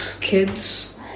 kids